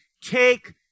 take